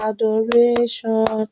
Adoration